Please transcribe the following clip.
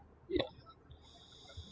yeah